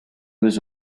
was